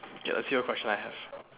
ya let's see what question I have